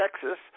Texas